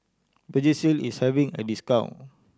vagisil is having a discount